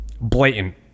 blatant